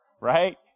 Right